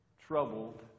troubled